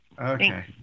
Okay